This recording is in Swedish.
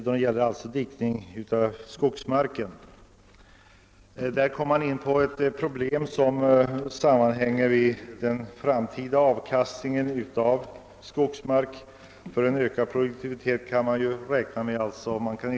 Herr talman! Till bevillningsutskottets betänkande har fogats tre reservationer. Den första omfattar förslag till avdrag vid beskattningen och gäller dik ning i skogsmark. Där kommer vi in på ett problem som sammanhänger med den framtida avkastningen av skogsmark.